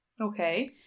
Okay